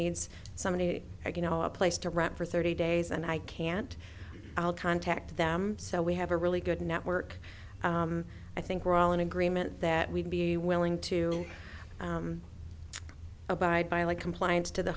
needs somebody like you know a place to rent for thirty days and i can't contact them so we have a really good network i think we're all in agreement that we'd be willing to abide by like compliance to the